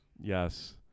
Yes